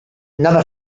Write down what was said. another